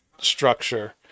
structure